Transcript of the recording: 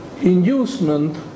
inducement